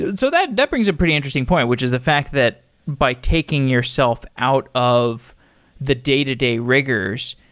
and so that that brings a pretty interesting point, which is the fact that by taking yourself out of the day-to-day rigors.